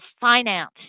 finance